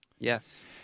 Yes